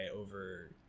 over